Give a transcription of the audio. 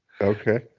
Okay